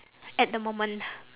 at the moment